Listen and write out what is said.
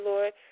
Lord